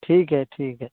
ٹھیک ہے ٹھیک ہے